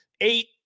eight